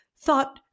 thought